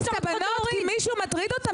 --- להזיז את הבנות כי מישהו מטריד אותן,